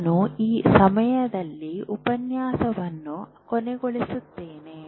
ನಾನು ಈ ಸಮಯದಲ್ಲಿ ಉಪನ್ಯಾಸವನ್ನು ಕೊನೆಗೊಳಿಸುತ್ತೇನೆ